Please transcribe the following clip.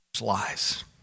lies